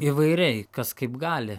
įvairiai kas kaip gali